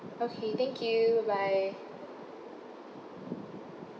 okay thank you bye